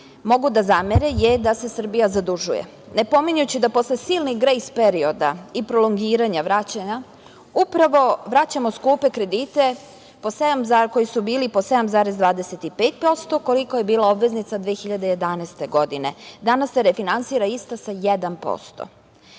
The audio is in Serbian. mogu da zamere je da se Srbija zadužuje, ne pominjući da posle silnih grejs perioda i prolongiranja vraćanja upravo vraćamo skupe kredite koji su bili po 7,25%, koliko je bila obveznica 2011. godine. Danas se refinansira ista sa 1%.